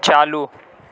چالو